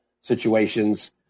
situations